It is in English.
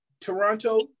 Toronto